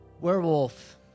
Werewolf